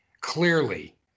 clearly